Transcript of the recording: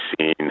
seen